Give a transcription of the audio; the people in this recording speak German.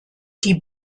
die